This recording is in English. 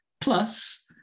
Plus